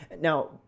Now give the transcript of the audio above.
Now